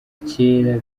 kera